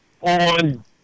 on